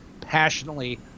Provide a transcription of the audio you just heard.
passionately